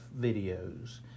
videos